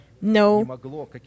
no